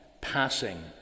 passing